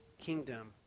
kingdom